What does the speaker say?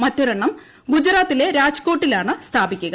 മറ്റൊരെണ്ണം ഗുജറാത്തിലെ രാജ്കോട്ടിലാണ് സ്ഥാപിക്കുക